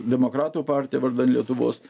demokratų partija vardan lietuvos